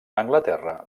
anglaterra